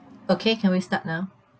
okay can we start now